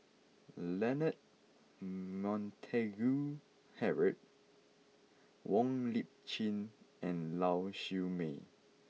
Leonard Montague Harrod Wong Lip Chin and Lau Siew Mei